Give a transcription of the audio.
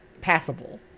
passable